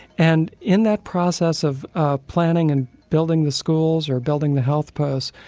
and in that process of ah planning and building the schools, or building the health posts,